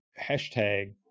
hashtag